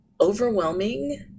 overwhelming